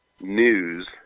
news